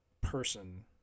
person